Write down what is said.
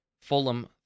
Fulham